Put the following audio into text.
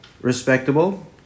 respectable